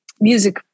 music